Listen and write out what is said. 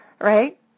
Right